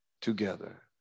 together